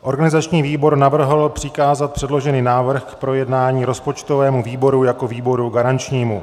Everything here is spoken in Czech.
Organizační výbor navrhl přikázat předložený návrh k projednání rozpočtovému výboru jako výboru garančnímu.